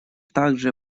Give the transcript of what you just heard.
также